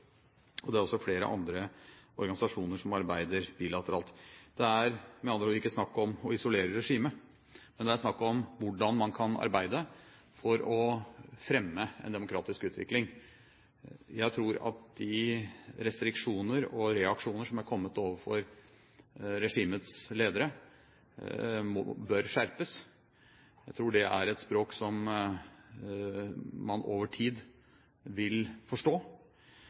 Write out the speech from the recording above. opp. Det er også flere andre organisasjoner som arbeider bilateralt. Det er med andre ord ikke snakk om å isolere regimet, men det er snakk om hvordan man kan arbeide for å fremme en demokratisk utvikling. Jeg tror at de restriksjoner og reaksjoner som er kommet overfor regimets ledere, bør skjerpes. Jeg tror det er et språk som man over tid vil forstå.